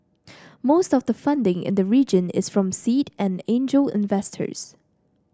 most of the funding in the region is from seed and angel investors